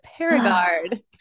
Paragard